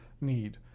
need